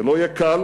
זה לא יהיה קל,